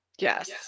Yes